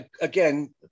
again